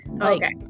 Okay